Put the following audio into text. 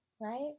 right